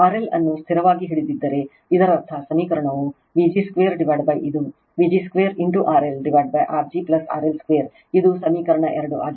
RL ಅನ್ನು ಸ್ಥಿರವಾಗಿ ಹಿಡಿದಿದ್ದರೆ ಇದರರ್ಥ ಸಮೀಕರಣವು Vg2 ಇದು vg 2 RLR g RL2 ಇದು ಸಮೀಕರಣ 2 ಆಗಿದೆ